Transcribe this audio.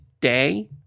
day